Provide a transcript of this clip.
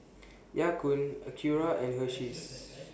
Ya Kun Acura and Hersheys